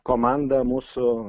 komanda mūsų